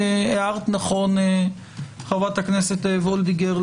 הערת נכון חברת הכנסת וולדיגר,